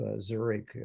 Zurich